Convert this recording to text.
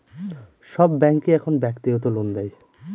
সব ব্যাঙ্কই এখন ব্যক্তিগত লোন দেয়